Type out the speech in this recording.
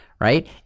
right